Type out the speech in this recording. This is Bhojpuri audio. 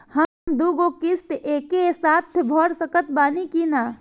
हम दु गो किश्त एके साथ भर सकत बानी की ना?